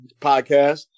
podcast